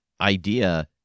idea